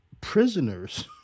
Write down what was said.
prisoners